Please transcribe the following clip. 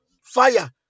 fire